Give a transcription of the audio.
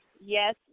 Yes